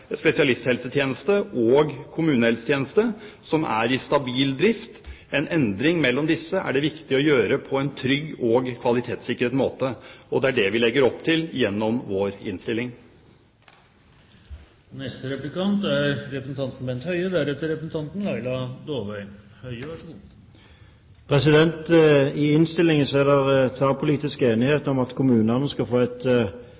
spesialisthelsetjeneste og kommunehelsetjeneste, som er i stabil drift. En endring mellom disse er det viktig å gjøre på en trygg og kvalitetssikret måte. Det er det vi legger opp til gjennom vår innstilling. I innstillingen er det tverrpolitisk enighet om at kommunene skal få et